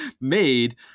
made